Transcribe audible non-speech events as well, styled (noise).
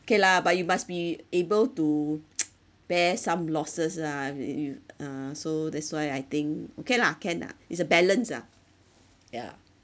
K lah but you must be able to (noise) bear some losses ah if uh you uh so that's why I think okay lah can lah is a balance ah yeah